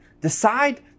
decide